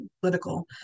political